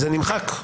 זה נמחק.